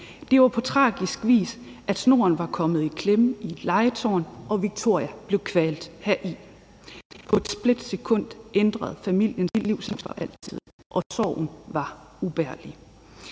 var på tragisk vis kommet i klemme i et legetårn, og Victoria blev kvalt heri. På et splitsekund ændrede familiens liv sig for altid, og sorgen var ubærlig.